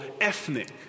ethnic